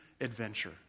adventure